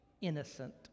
innocent